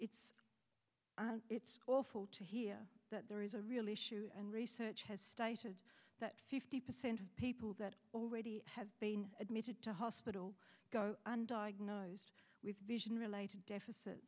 it's it's awful to hear that there is a real issue and research has stated that fifty percent of people that already have been admitted to hospital go undiagnosed with vision related deficit